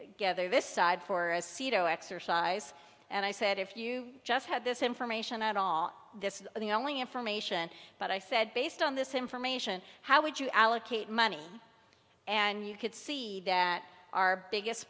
together this side for a c d o exercise and i said if you just had this information at all this is the only information but i said based on this information how would you allocate money and you could see that our biggest